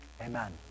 amen